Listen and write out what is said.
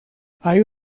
hay